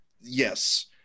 yes